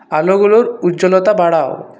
আলোগুলোর উজ্জ্বলতা বাড়াও